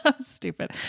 stupid